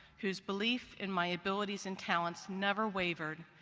whose belief in my abilities and talents never wavered,